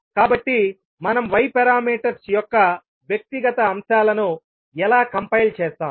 కాబట్టి మనం Y parameters యొక్క వ్యక్తిగత అంశాలను ఎలా కంపైల్ చేస్తాము